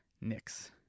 Knicks